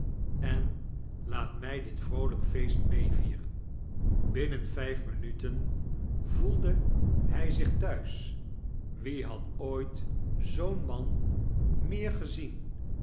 en laat mij dit vroolijke feest meevieren binnen vijf minuten voelde hij zich thuis wie had ooit zoo'n man meer gezien